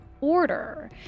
order